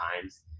times